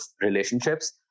relationships